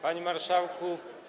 Panie Marszałku!